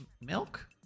milk